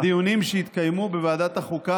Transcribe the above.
אני חייב לומר שבדיונים שהתקיימו בוועדת החוקה